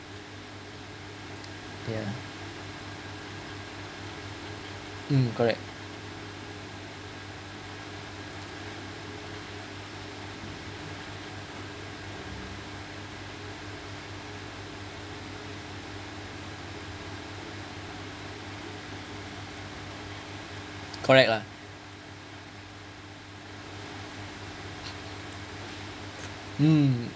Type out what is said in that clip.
ya mm correct correct lah mm